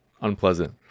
unpleasant